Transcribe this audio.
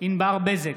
ענבר בזק,